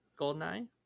Goldeneye